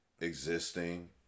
existing